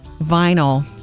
Vinyl